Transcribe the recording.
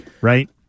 right